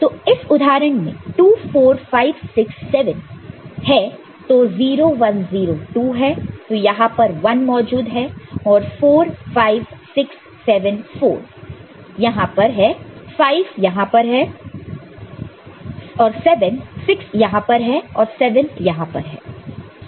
तो इस उदाहरण में 2 4 5 67 है तो 0 1 0 2 है तो यहां पर 1 मौजूद है और 4 5 6 7 4 यहां पर है 5 यहां पर 6 यहां पर और 7 यहां पर है